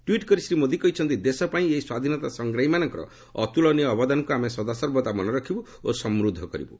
tweet କରି ଶ୍ରୀ ମୋଦି କହିଛନ୍ତି ଦେଶ ପାଇଁ ଏହି ସ୍ୱାଧୀନତା ସଂଗ୍ରାମୀମାନଙ୍କର ଅତୁଳନୀୟ ଅବଦାନକୁ ଆମେ ସଦାସର୍ବଦା ମନେ ରଖିବୁ ଓ ସମୃଦ୍ଧ କରିବୁ